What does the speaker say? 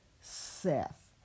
Seth